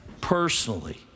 personally